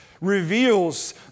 reveals